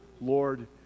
Lord